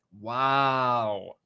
Wow